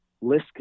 list